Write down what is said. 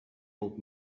old